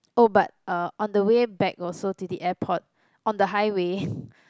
oh but uh on the way back also to the airport on the highway